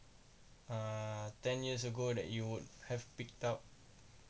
uh ten years ago that you would have picked up or maybe in the future what will you want to learn